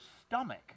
stomach